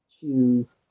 choose